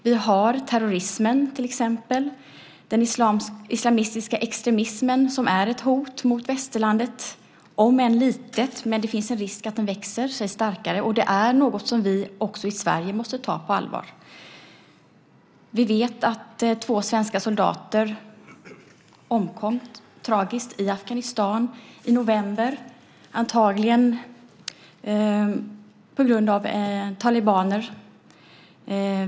Vi har terrorismen till exempel, den islamistiska extremismen som är ett hot mot västerlandet, om än litet. Men det finns en risk att det växer sig starkare, och det är något som vi också i Sverige måste ta på allvar. Vi vet att två svenska soldater omkom tragiskt i Afghanistan i november, antagligen på grund av talibaner.